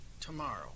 tomorrow